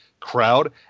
crowd